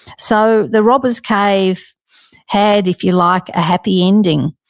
so the robbers cave had, if you like, a happy ending.